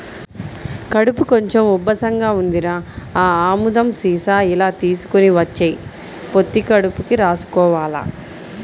కడుపు కొంచెం ఉబ్బసంగా ఉందిరా, ఆ ఆముదం సీసా ఇలా తీసుకొని వచ్చెయ్, పొత్తి కడుపుకి రాసుకోవాల